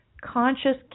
conscious